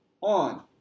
on